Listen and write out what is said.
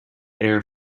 air